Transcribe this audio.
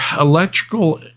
electrical